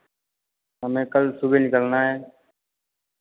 हमें कल सुबह निकलना है